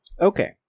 Okay